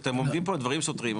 אתם אומרים פה דברים סותרים.